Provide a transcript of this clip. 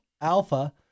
Alpha